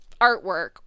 artwork